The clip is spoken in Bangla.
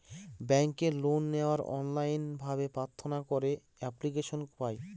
ব্যাঙ্কে লোন নেওয়ার অনলাইন ভাবে প্রার্থনা করে এপ্লিকেশন পায়